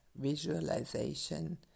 visualization